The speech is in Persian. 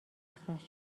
اخراج